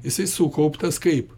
jisai sukauptas kaip